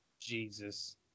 Jesus